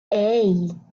hey